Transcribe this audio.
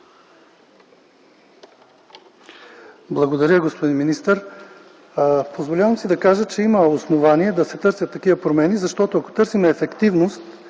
Благодаря, господин министър. Позволявам си да кажа, че има основание да се търсят такива промени. Ако търсим ефективност